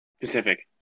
Pacific